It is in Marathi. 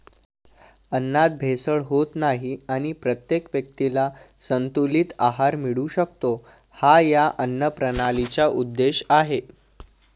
अन्नात भेसळ होत नाही आणि प्रत्येक व्यक्तीला संतुलित आहार मिळू शकतो, हा या अन्नप्रणालीचा उद्देश आहे